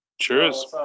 Cheers